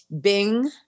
bing